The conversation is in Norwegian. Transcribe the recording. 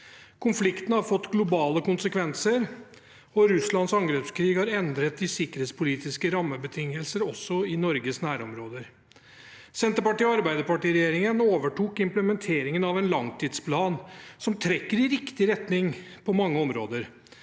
for 2024 1005 sekvenser, og Russlands angrepskrig har endret de sikkerhetspolitiske rammebetingelsene også i Norges nærområder. Arbeiderparti–Senterparti-regjeringen overtok implementeringen av en langtidsplan som trekker i riktig retning på mange områder.